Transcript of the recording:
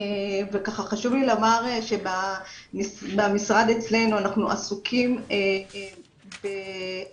חשוב לי לומר שבמשרד אצלנו אנחנו עסוקים בהכשרות